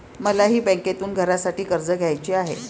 मलाही बँकेतून घरासाठी कर्ज घ्यायचे आहे